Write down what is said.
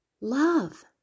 love